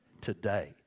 Today